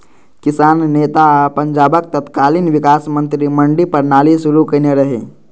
किसान नेता आ पंजाबक तत्कालीन विकास मंत्री मंडी प्रणाली शुरू केने रहै